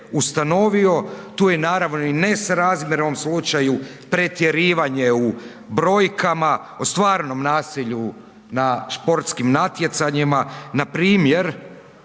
ustanovio. Tu je naravno i nesrazmjer u ovom slučaju pretjerivanje u brojkama o stvarnom nasilju na športskim natjecanjima npr.